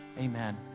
amen